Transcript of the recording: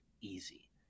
easy